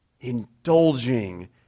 indulging